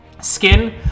skin